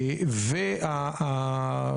ושש,